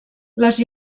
les